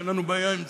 אין לנו בעיה עם זה,